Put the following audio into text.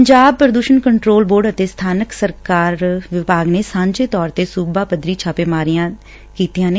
ਪੰਜਾਬ ਪ੍ਰਦੁਸ਼ਨ control board ਅਤੇ ਸਥਾਨਕ ਸਰਕਾਰਾਂ ਵਿਭਾਗ ਨੇ ਸਾਂਝੇ ਤੌਰ ਸੁਬਾ ਪੱਧਰੀ ਛਾਪੇਮਾਰੀਆਂ ਤੇ ਕੀਤੀਆਂ ਨੇ